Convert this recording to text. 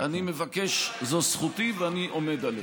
מה אתה אומר?